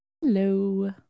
Hello